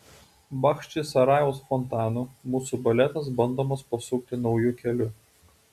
bachčisarajaus fontanu mūsų baletas bandomas pasukti nauju keliu